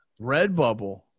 Redbubble